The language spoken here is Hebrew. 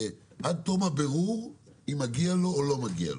עד תום הבירור אם מגיע לו או לא מגיע לו.